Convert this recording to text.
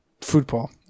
Football